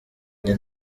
njye